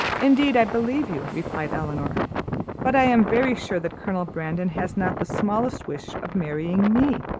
indeed i believe you, replied elinor but i am very sure that colonel brandon has not the smallest wish of marrying me.